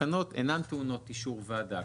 התקנות אינן טעונות אישור ועדה.